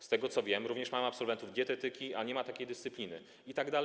Z tego, co wiem, również mamy absolwentów dietetyki, a nie ma takiej dyscypliny itd.